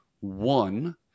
one